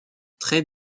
très